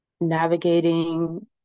navigating